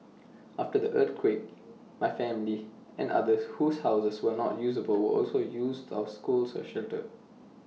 after the earthquake my family and others whose houses were not usable also used our school as A shelter